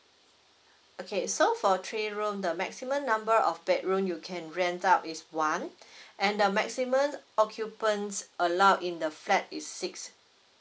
okay so for three room the maximum number of bedroom you can rent out is one and the maximum occupants allow in the flat is six